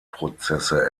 prozesse